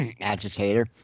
agitator